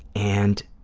and